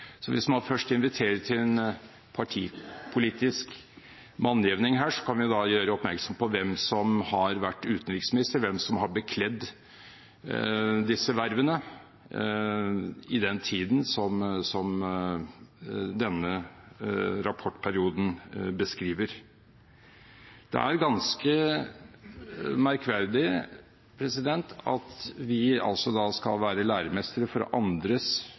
Så hvis man først inviterer til en partipolitisk mannjevning her, kan vi da gjøre oppmerksom på hvem som har vært utenriksminister, hvem som har bekledd disse vervene, i den tiden som denne rapportperioden beskriver. Det er ganske merkverdig at vi skal være læremestre for andres